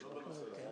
לא בנושא הזה.